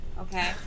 Okay